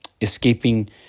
escaping